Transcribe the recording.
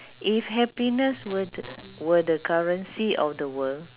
if happiness were t~ were the currency of the world